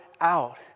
out